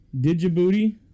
Djibouti